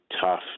tough